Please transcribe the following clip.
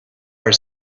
are